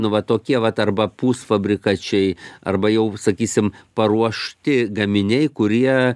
nu vat tokie vat arba pusfabrikačiai arba jau sakysim paruošti gaminiai kurie